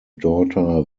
daughter